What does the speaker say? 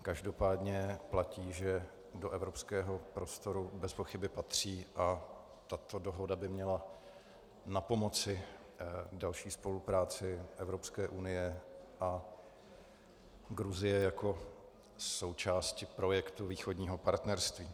Každopádně platí, že do evropského prostoru bezpochyby patří, a tato dohoda by měla napomoci další spolupráci Evropské unie a Gruzie jako součásti Východního partnerství.